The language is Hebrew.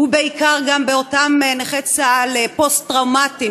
ובעיקר גם באותם נכי צה"ל פוסט-טראומטיים